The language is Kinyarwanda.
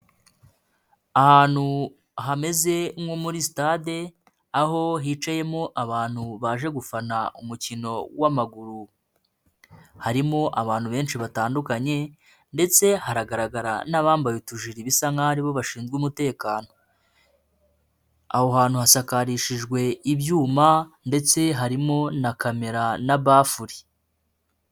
Ahantu hameze nko muri stade, aho hicayemo abantu baje gufana umukino w'amaguru, harimo abantu benshi batandukanye ndetse hahanagaragara n'abambaye utuji bisa nk'a aribo bazwiho umutekano, aho hantu hasakarishijwe ibyuma ndetse harimo na kamera na bafuli.